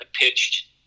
pitched